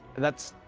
that's.